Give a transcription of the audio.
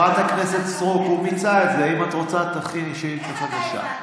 אבל אתה לא ענית, האם יש החלטת ממשלה,